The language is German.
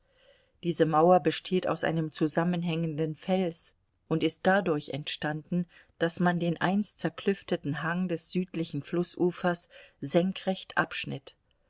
diese mauer besteht aus einem zusammenhängenden fels und ist dadurch entstanden daß man den einst zerklüfteten hang des südlichen flußufers senkrecht abschnitt